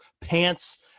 pants